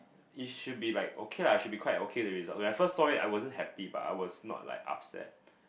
it should be like okay lah should be quite okay the result when I first saw it I wasn't happy but I was not like upset